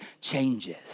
changes